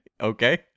okay